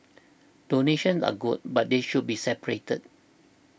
donations are good but they should be separate